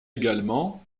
également